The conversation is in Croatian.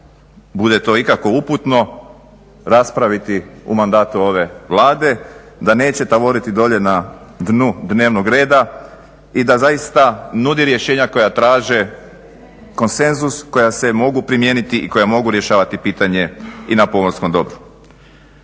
bude to ikako uputno raspraviti u mandatu ove Vlade, da neće … dolje na dnu dnevnog reda i da zaista nudi rješenja koja traže konsenzus, koja se mogu primijeniti i koja mogu rješavati pitanje i na pomorskom dobru.